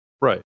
Right